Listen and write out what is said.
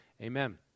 Amen